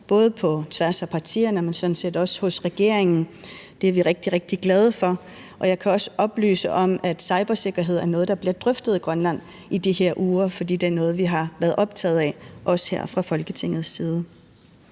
både på tværs af partierne, men sådan set også hos regeringen. Det er vi rigtig, rigtig glade for. Og jeg kan også oplyse om, at cybersikkerhed er noget, der bliver drøftet i Grønland i de her uger, fordi det er noget, vi har været optaget af, også her fra Folketingets side.